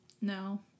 No